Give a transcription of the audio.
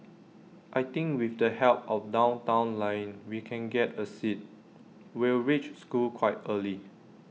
I think with the help of downtown line we can get A seat we'll reach school quite early